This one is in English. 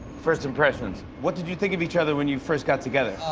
first impressions what did you think of each other when you first got together?